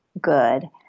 good